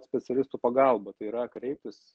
specialistų pagalba tai yra kreiptis